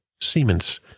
Siemens